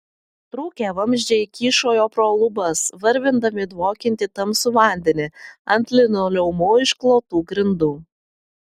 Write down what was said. trūkę vamzdžiai kyšojo pro lubas varvindami dvokiantį tamsų vandenį ant linoleumu išklotų grindų